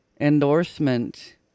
endorsement